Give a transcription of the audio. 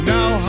Now